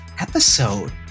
episode